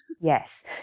Yes